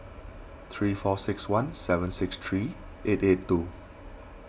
three four six one seven six three eight eight two